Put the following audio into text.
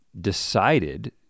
decided